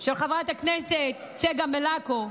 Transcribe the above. של חברת הכנסת צגה מלקו.